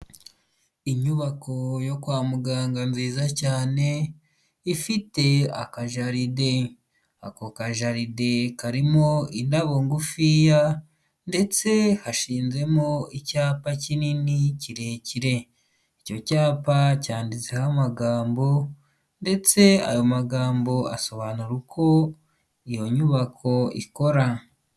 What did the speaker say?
Inyubako yo kwa muganga nziza cyane ifite akajaride. Ako kajaride karimo indabo ngufiya ndetse hashinzemo icyapa kinini kirekire. Icyo cyapa cyanditseho amagambo ndetse ayo magambo asobanura uko iyo nyubako ikora.